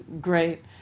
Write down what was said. great